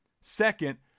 Second